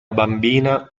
bambina